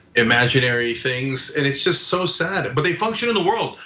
imaginary things and it's just so sad but they function in the world.